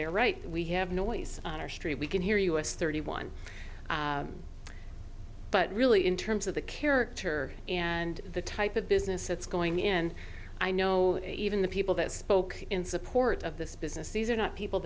they're right that we have noise on our street we can hear us thirty one but really in terms of the character and the type of business that's going in i know even the people that spoke in support of this business these are not people